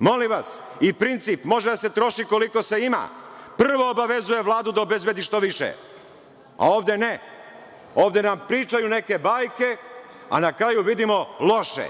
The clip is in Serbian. Molim vas, i princip može da se troši koliko se ima. Prvo obavezuje Vladu da obezbedi što više, a ovde ne. Ovde nam pričaju neke bajke, a na kraju vidimo loše.